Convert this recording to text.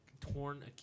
torn